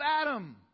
Adam